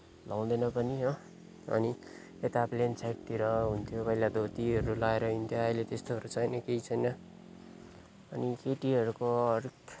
लाउँदैन पनि हो अनि यता प्लेन साइडतिर हुन्थ्यो पहिला धोतिहरू लगाएर हिँड्थ्यो अहिले त्यस्तोहरू छैन केही छैन अनि केटीहरूको